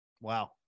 Wow